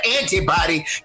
antibody